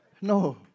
No